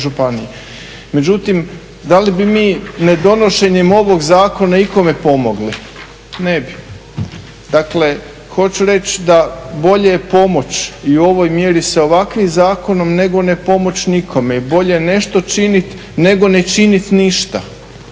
Međutim, da li bi nedonošenjem ovog zakona ikome pomogli? Ne bi. Dakle hoću reći da bolje je pomoći i u ovoj mjeri sa ovakvim zakonom nego ne pomoći nikome i bolje nešto činiti nego ne činiti ništa.